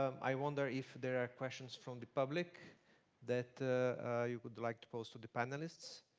um i wonder if there are questions from the public that you would like to pose to the panelists.